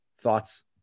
thoughts